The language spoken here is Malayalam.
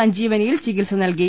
സഞ്ജീവനിയിൽ ചികിത്സ നൽകി